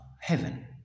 heaven